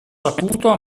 saputo